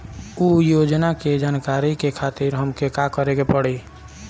उ योजना के जानकारी के खातिर हमके का करे के पड़ी?